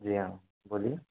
जी हाँ बोलिए